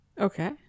okay